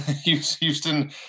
Houston